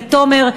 לתומר,